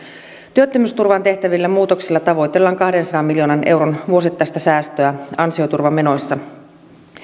työttömyysturvaan tehtävillä muutoksilla tavoitellaan kahdensadan miljoonan euron vuosittaista säästöä ansioturvamenoissa